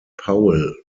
powell